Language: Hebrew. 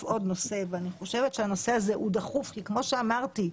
עוד נושא ואני חושבת שהנושא הזה הוא דחוף כי כמו שאמרתי,